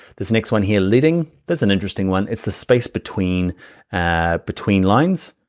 this next one here, lidding, that's an interesting one. it's the space between and between lines,